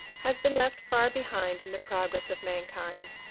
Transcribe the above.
has been left far behind in the progress of mankind.